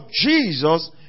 Jesus